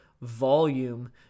volume